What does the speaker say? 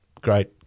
Great